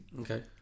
Okay